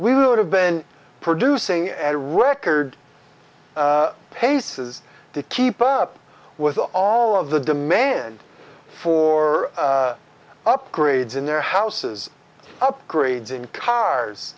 we would have been producing a record paces to keep up with all of the demand for upgrades in their houses upgrades in cars